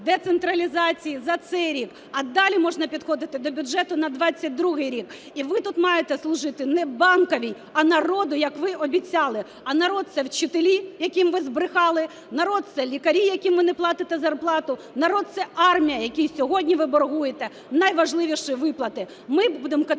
децентралізації за цей рік, а далі можна підходити до бюджету на 2022 рік. І ви тут маєте служити не Банковій, а народу, як ви обіцяли. А народ – це вчителі, яким ви збрехали, народ – це лікарі, яким ви не платите зарплату, народ – це армія, якій сьогодні ви боргуєте найважливіші виплати.